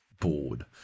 bored